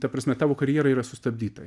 ta prasme tavo karjera yra sustabdyta